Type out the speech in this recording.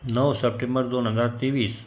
नऊ सप्टेंबर दोन हजार तेवीस